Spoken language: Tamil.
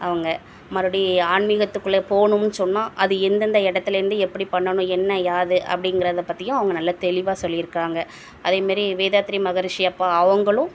அவங்க மறுபடி ஆன்மீகத்துக்குள்ளே போகணும்னு சொன்னால் அது எந்தெந்த இடத்துலேந்து எப்படி பண்ணணும் என்ன ஏது அப்படிங்கிறத பற்றியும் அவங்க நல்லா தெளிவாக சொல்லிருக்கிறாங்க அதே மாரி வேதாத்திரி மகரிஷி அப்பா அவங்களும்